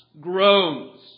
groans